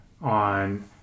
on